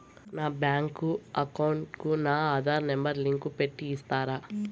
నా bank account కు నా ఆధార్ నెంబర్ లింకు పెట్టి ఇస్తారా?